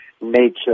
nature